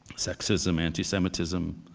sexism, anti-semitism,